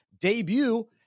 debut